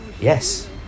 Yes